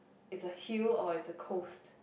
it's a hill or it's a coast